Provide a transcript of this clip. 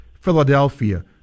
Philadelphia